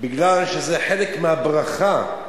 כי זה חלק מהברכה,